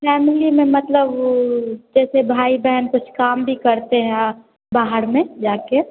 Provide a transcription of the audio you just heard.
family में मतलब जैसे भाई बहन कुछ काम भी करते हैं बाहर में जाके